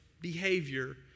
behavior